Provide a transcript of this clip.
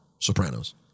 Sopranos